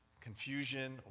confusion